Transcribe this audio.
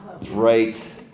Right